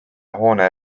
hoone